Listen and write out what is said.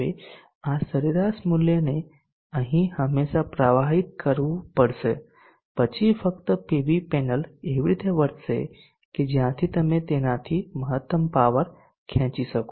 હવે આ સરેરાશ મૂલ્યને અહીં હંમેશાં પ્રવાહિત કરવું પડશે પછી ફક્ત પીવી પેનલ એવી રીતે વર્તશે કે જ્યાંથી તમે તેનાથી મહત્તમ પાવર ખેંચી શકો